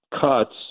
cuts